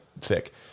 thick